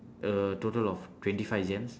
a total of twenty five gems